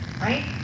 Right